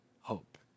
hope